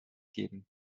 geben